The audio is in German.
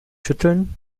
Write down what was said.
schütteln